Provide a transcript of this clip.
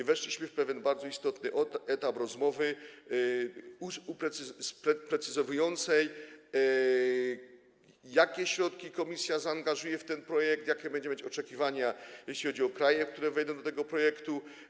Weszliśmy w pewien bardzo istotny etap rozmowy precyzującej, jakie środki Komisja zaangażuje w ten projekt, jakie będzie mieć oczekiwania, jeśli chodzi o kraje, które wejdą do tego projektu.